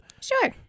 Sure